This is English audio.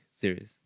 series